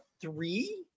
three